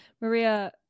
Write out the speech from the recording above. maria